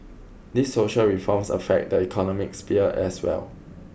these social reforms affect the economic sphere as well